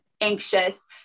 anxious